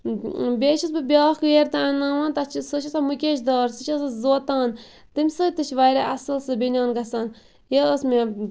بیٚیہِ چھَس بہٕ بیاکھ ویر تہِ اَنناوان تَتھ چھِ سۄ چھِ آسان مُکیش دار سُہ چھ آسان زوتان تمہِ سۭتۍ تہِ چھ واریاہ اصل بنۍیان گَژھان یا ٲس مےٚ